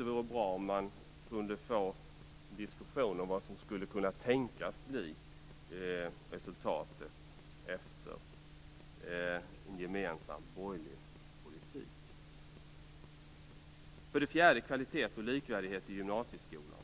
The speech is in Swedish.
Det vore bra om man kunde få en diskussion om vad som skulle kunna tänkas bli resultatet av en gemensam borgerlig politik. För det fjärde gäller det kvalitet och likvärdighet i gymnasieskolan.